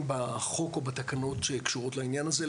בחוק או בתקנות שקשורות לעניין הזה,